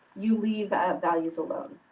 you leave values alone.